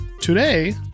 Today